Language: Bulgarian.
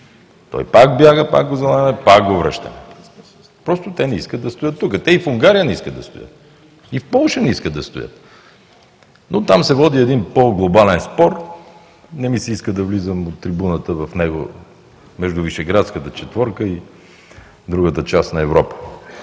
той пак бяга, пак го залавяме, пак го връщаме. Просто те не искат да стоят тук, те и в Унгария не искат да стоят, и в Полша на искат да стоят. Там се води един по-глобален спор. Не ми се иска да влизам от трибуната в него – между Вишеградската четворка и другата част на Европа.